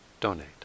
donate